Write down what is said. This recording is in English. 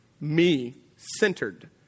me-centered